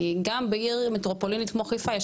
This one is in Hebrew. כי גם בעיר מטרופולינית כמו חיפה יש